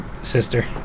Sister